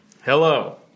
Hello